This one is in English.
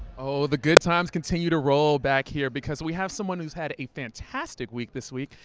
oh the good times continue to roll back here, because we have someone who's had a fantastic week this week,